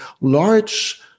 large